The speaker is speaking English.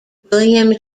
william